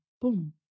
boom